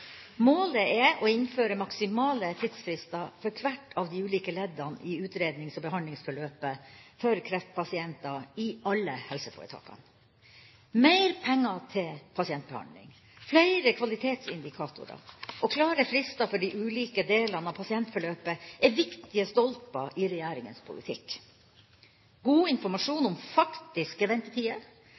Målet er å innføre maksimale tidsfrister for hvert av de ulike leddene i utrednings- og behandlingsforløpet for kreftpasienter i alle helseforetakene. Mer penger til pasientbehandling, flere kvalitetsindikatorer og klare frister for de ulike delene av pasientforløpet er viktige stolper i regjeringas politikk. God informasjon om faktiske ventetider,